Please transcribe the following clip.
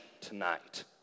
tonight